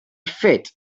feet